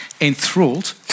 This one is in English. enthralled